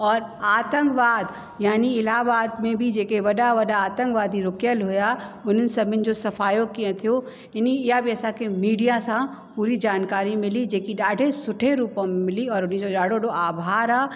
और आतंकवाद याने इलाहबाद में बि जेके वॾा वॾा आतंकवादी रुकियल हुआ हुननि सभिनि जो सफ़ायो कीअं थियो इन इहा बि असांखे मिडिया सां पूरी जानकारी मिली जेकी ॾाढे सुठे रूप में मिली और उन जो ॾाढो आभार आहे